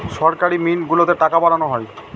সরকারি মিন্ট গুলোতে টাকা বানানো হয়